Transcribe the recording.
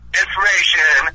information